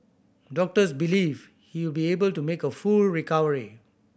doctors believe he will be able to make a full recovery